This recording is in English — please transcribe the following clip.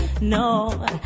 No